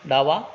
डावा